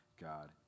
God